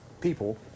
people